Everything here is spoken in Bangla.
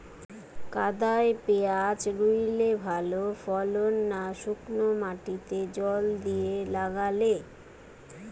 কাদায় পেঁয়াজ রুইলে ভালো ফলন না শুক্নো মাটিতে জল দিয়ে লাগালে?